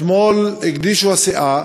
אתמול הגדישו את הסאה